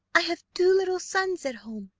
i have two little sons at home,